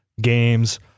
games